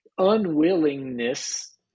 unwillingness